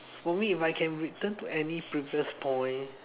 for me if I can return to any previous point